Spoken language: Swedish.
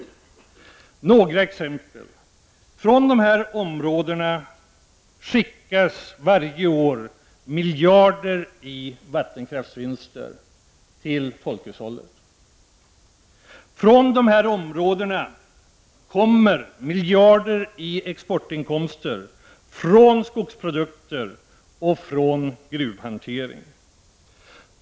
Jag skall nämna några exempel. Från dessa områden skickas varje år miljarder i vattenkraftsvinster till folkhushållet. Från dessa områden kommer miljarder i exportinkomster från skogsprodukter och från gruvhantering.